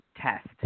test